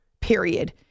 period